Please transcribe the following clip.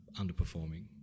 underperforming